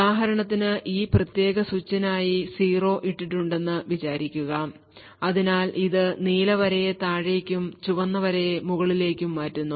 ഉദാഹരണത്തിന് ഈ പ്രത്യേക സ്വിച്ചിനായി 0 ഇട്ടിട്ടുണ്ടെന്ന് വിചാരിക്കുക അതിനാൽ ഇത് നീല വരയെ താഴേക്കും ചുവപ്പ് വരയെ മുകളിലേക്കും മാറ്റുന്നു